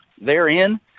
therein